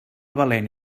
valent